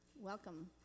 Welcome